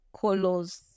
colors